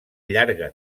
llarga